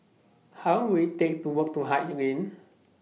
How Long Will IT Take to Walk to Haig Lane